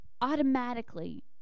automatically